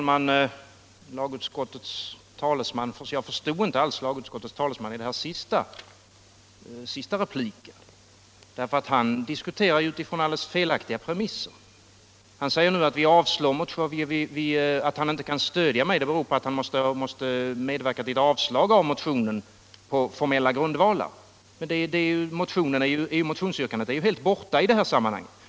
Herr talman! Jag förstod inte alls lagutskottets talesman i hans senaste replik. Han diskuterade där utifrån alldeles felaktiga premisser. Han sade att han måste medverka till ett avslag av yrkandet på formella grundvalar. Men motionsyrkandet är ju helt borta ur sammanhanget.